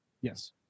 Yes